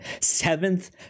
seventh